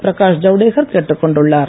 பிரகாஷ் ஜவுடேகர் கேட்டுக்கொண்டுள்ளார்